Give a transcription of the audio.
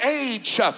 age